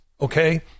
okay